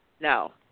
No